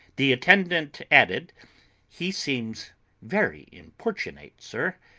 the attendant added he seems very importunate, sir.